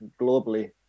globally